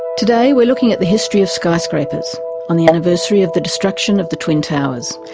today, we're looking at the history of skyscrapers on the anniversary of the destruction of the twin towers.